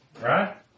right